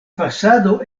fasado